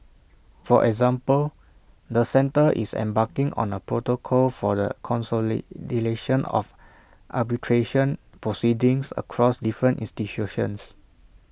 for example the centre is embarking on A protocol for the consolidation of arbitration proceedings across different institutions